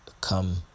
come